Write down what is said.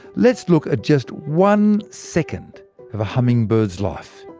let's look at just one second of a hummingbird's life.